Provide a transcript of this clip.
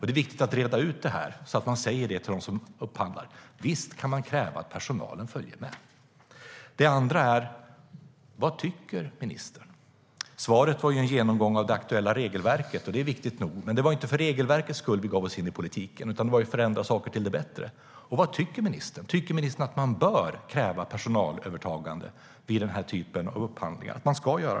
Det är viktigt att reda ut det, så att man kan säga till dem som upphandlar: Visst kan man kräva att personalen följer med. Den andra frågan är: Vad tycker ministern? Svaret var en genomgång av det aktuella regelverket. Det är viktigt nog, men det var inte för regelverkets skull vi gav oss in i politiken, utan det var för att förändra saker till det bättre. Vad tycker ministern? Tycker ministern att man bör kräva personalövertagande vid den här typen av upphandlingar?